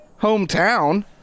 hometown